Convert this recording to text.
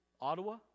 Ottawa